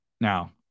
Now